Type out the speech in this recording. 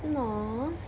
no